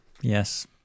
Yes